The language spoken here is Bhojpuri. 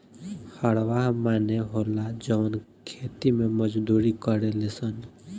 हरवाह माने होला जवन खेती मे मजदूरी करेले सन